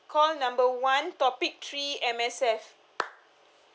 call number one topic three M_S_F